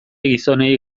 gizonei